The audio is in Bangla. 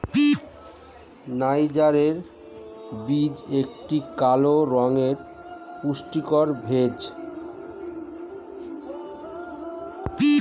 নাইজারের বীজ একটি কালো রঙের পুষ্টিকর ভেষজ